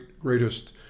greatest